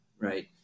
right